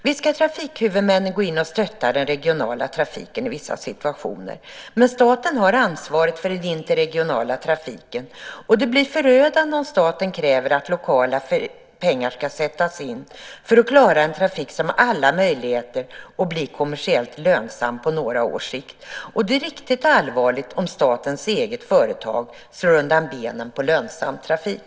Visst ska trafikhuvudmännen gå in och stötta den regionala trafiken i vissa situationer. Men staten har ansvaret för den interregionala trafiken. Det blir förödande om staten kräver att lokala pengar ska sättas in för att klara en trafik som har alla möjligheter att bli kommersiellt lönsam på några års sikt. Det är riktigt allvarligt om statens eget företag slår undan benen för lönsam trafik.